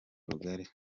rugari